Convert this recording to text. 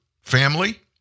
family